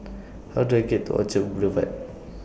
How Do I get to Orchard Boulevard